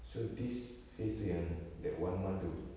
so this phase two yang that one month tu